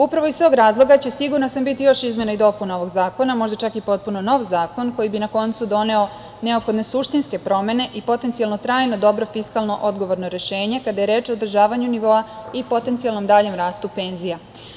Upravo iz tog razloga će, sigurna sam, biti još izmena i dopuna ovog zakona, možda čak i potpuno nov zakon koji bi na koncu doneo neophodne suštinske promene i potencijalno trajno dobro fiskalno odgovorno rešenje kada je reč o održavanju nivoa i potencijalnom daljem rastu penzija.